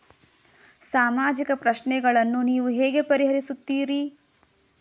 ಸಾಮಾಜಿಕ ಪ್ರಶ್ನೆಗಳನ್ನು ನೀವು ಹೇಗೆ ಪರಿಹರಿಸುತ್ತೀರಿ?